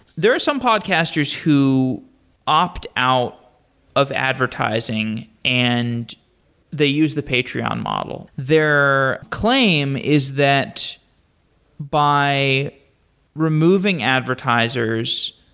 there are some broadcasters who opt out of advertising and they use the patreon model. their claim is that by removing advertisers,